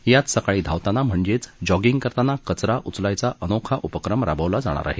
यात सकाळी धावताना म्हणजेच जॉर्गिंग करताना कचरा उचलायचा अनोखा उपक्रम राबवला जाणार आहे